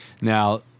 Now